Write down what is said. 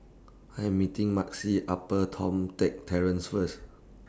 I Am meeting Maxie Upper Toh Tuck Terrace First